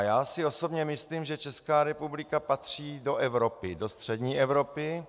Já si osobně myslím, že Česká republika patří do Evropy, do střední Evropy.